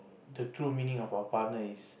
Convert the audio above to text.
the true meaning of our partner is